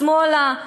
שמאלה,